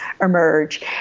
emerge